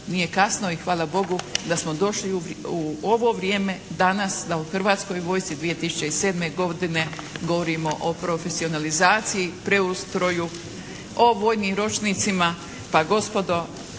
nije kasno i hvala Bogu da smo došli u ovo vrijeme danas da o Hrvatskoj vojsci 2007. godine govorimo o profesionalizaciji, preustroju, o vojnim ročnicima, pa gospodo